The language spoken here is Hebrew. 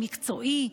מקצועי,